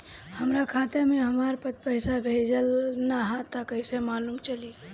हमरा खाता में हमर पति पइसा भेजल न ह त कइसे मालूम चलि?